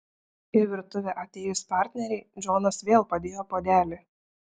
į virtuvę atėjus partnerei džonas vėl padėjo puodelį